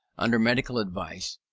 under medical advice,